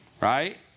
Right